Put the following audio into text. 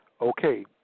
Okay